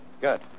Good